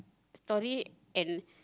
story end